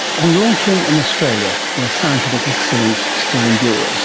on launching in australia, where scientific excellence still endures